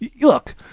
look